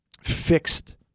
fixed